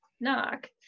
Knock